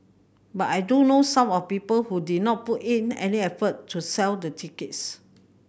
but I do know some of people who did not put in any effort to sell the tickets